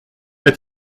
qu’a